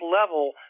level